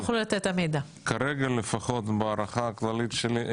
כרגע לפחות בהערכה הכללית שלי,